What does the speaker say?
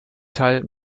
teil